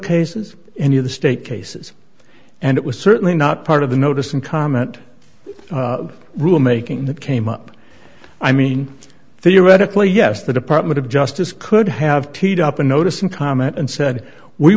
cases any of the state cases and it was certainly not part of the notice and comment rule making that came up i mean theoretically yes the department of justice could have teed up a notice and comment and said we